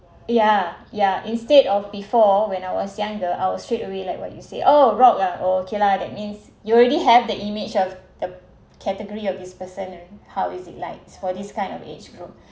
yeah yeah instead of before when I was younger I will straight away like what you say oh rock ah okay lah that means you already have the image of the category of this person how is it like for this kind of age group